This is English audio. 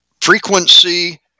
frequency